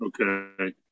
okay